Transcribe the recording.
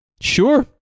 Sure